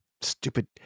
Stupid